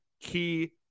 key